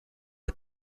are